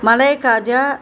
మలైకాజా